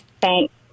Thanks